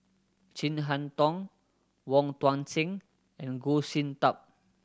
Chin Harn Tong Wong Tuang Seng and Goh Sin Tub